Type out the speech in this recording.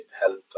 help